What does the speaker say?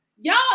Y'all